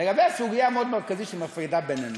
לגבי סוגיה מאוד מרכזית שמפרידה בינינו.